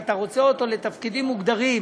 ואתה רוצה אותו לתפקידים מוגדרים